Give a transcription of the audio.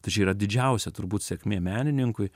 tai čia yra didžiausia turbūt sėkmė menininkui